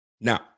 Now